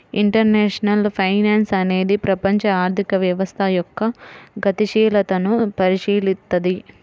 international finance అనేది ప్రపంచ ఆర్థిక వ్యవస్థ యొక్క గతిశీలతను పరిశీలిత్తది